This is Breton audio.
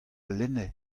lenne